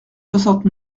soixante